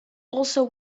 also